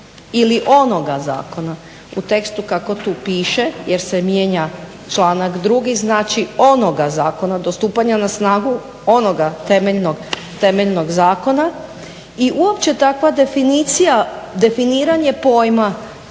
ili onoga zakona. U tekstu kako tu piše jer se mijenja članak drugi, znači onoga zakona, do stupanja na snagu onoga temeljnog zakona. I uopće takva definicija